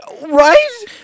Right